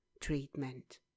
treatment